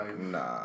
Nah